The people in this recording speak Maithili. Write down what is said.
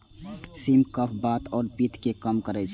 सिम कफ, बात आ पित्त कें कम करै छै